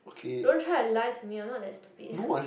don't try to lie to me I'm not that stupid